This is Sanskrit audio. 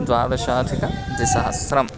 द्वादशाधिक द्विसहस्रम्